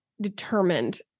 determined